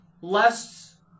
less